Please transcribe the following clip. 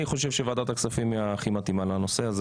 אני חושב שוועדת הכספים הכי מתאימה לנושא הזה